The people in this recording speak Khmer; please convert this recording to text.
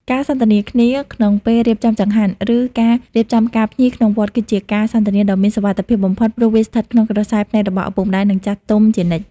ការសន្ទនាគ្នាក្នុងពេលរៀបចំចង្ហាន់ ឬការរៀបចំផ្កាភ្ញីក្នុងវត្ត គឺជាការសន្ទនាដ៏មានសុវត្ថិភាពបំផុត ព្រោះវាស្ថិតក្នុងក្រសែភ្នែករបស់ឪពុកម្ដាយ និងចាស់ទុំជានិច្ច។